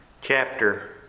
chapter